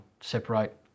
separate